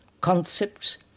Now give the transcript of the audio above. concepts